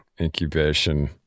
Incubation